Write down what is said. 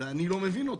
ואני לא מבין אותה.